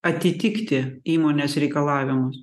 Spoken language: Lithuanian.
atitikti įmonės reikalavimus